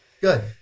Good